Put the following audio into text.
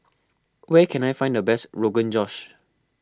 where can I find the best Rogan Josh